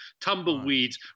tumbleweeds